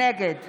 נגד